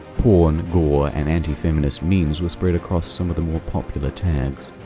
porn, gore, and anti-feminist memes were spread across some of the more popular tags.